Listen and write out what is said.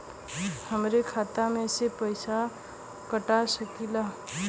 हमरे खाता में से पैसा कटा सकी ला?